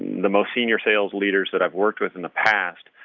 the most senior sales leaders that i've worked with in the past,